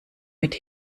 mit